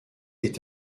est